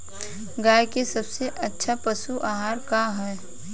गाय के सबसे अच्छा पशु आहार का ह?